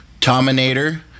Tominator